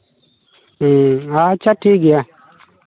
ᱟᱪᱪᱷᱟ ᱴᱷᱤᱠ ᱜᱮᱭᱟ